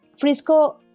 Frisco